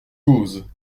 causes